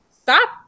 stop